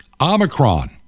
Omicron